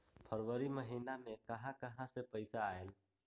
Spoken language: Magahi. फरवरी महिना मे कहा कहा से पैसा आएल?